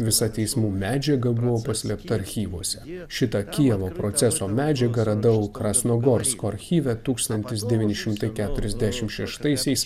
visa teismų medžiaga buvo paslėpta archyvuose šitą kijevo proceso medžiagą radau krasnogorsko archyve tūkstantis devyni šimtai keturiasdešimt šeštaisiais